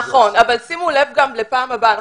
נכון אבל שימו לב גם לפעם הבאה.